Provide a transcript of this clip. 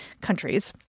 countries